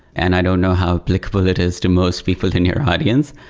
and i don't know how applicable it is to most people in your audience.